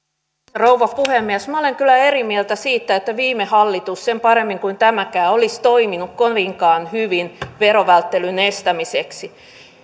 rouva puhemies minä olen kyllä eri mieltä siitä että viime hallitus sen paremmin kuin tämäkään olisi toiminut kovinkaan hyvin verovälttelyn estämiseksi